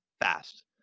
fast